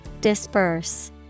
Disperse